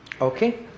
okay